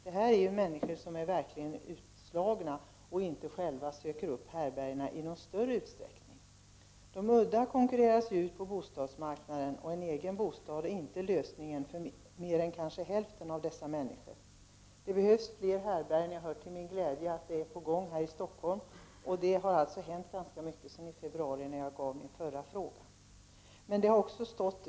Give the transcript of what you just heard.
Det här är människor som verkligen är utslagna och inte själva söker upp härbärgena i någon större utsträckning. De udda konkurreras ut på bostadsmarknaden, och en egen bostad är inte lösningen för mer än kanske hälften av dessa människor. Det behövs fler härbärgen, och jag hör till min glädje att det är på gång här i Stockholm. Det har alltså hänt ganska mycket sedan februari, när jag ställde min förra fråga.